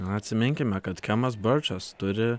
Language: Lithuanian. atsiminkime kad kemas berčas turi